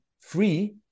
free